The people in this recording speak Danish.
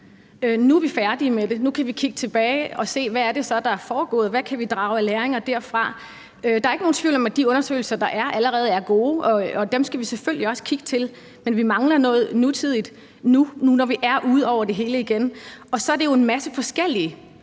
Nu er vi færdige med det, og nu kan vi kigge tilbage og se, hvad det så er, der er foregået, og hvad vi kan drage af læringer derfra. Der er ikke nogen tvivl om, at de undersøgelser, der er allerede, er gode, og dem skal vi selvfølgelig også kigge til, men vi mangler noget nutidigt nu, hvor vi er ude over det hele igen. Og så er det jo en masse forskellige.